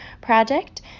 project